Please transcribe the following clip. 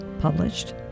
published